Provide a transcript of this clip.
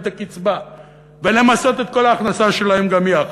את הקצבה ולמסות את כל ההכנסה שלהם גם יחד,